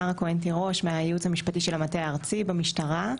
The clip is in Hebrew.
אני מהייעוץ המשפטי של המטה הארצי במשטרה.